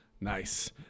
Nice